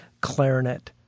clarinet